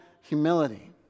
humility